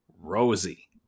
Rosie